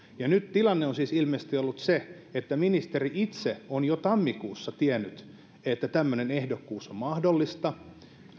nyt tilanne on siis ilmeisesti ollut se että ministeri itse on jo tammikuussa tiennyt että tämmöinen ehdokkuus on mahdollinen